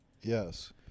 Yes